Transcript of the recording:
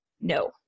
no